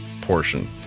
portion